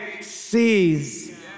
sees